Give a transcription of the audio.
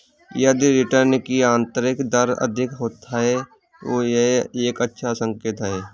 यदि रिटर्न की आंतरिक दर अधिक है, तो यह एक अच्छा संकेत है